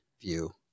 view